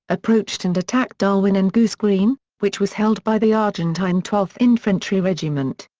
approached and attacked darwin and goose green, which was held by the argentine twelfth infantry regiment.